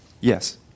Yes